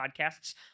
podcasts